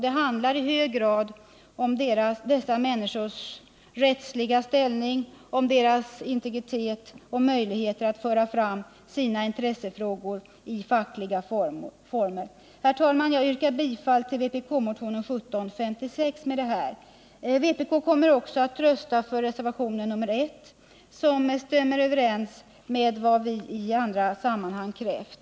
Det handlar i hög grad om dessa människors rättsliga ställning, om deras integritet och om deras möjligheter att föra fram sina intressefrågor i fackliga former. Herr talman! Jag yrkar bifall till vpk-motionen 1756. Vpk-ledamöterna kommer också att rösta för reservationen nr 1, som stämmer överens med vad vi i andra sammanhang krävt.